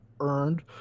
earned